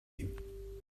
you